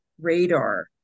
radar